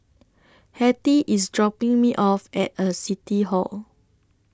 Hettie IS dropping Me off At City Hall